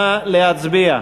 נא להצביע.